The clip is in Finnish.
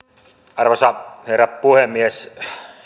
arvoisa herra puhemies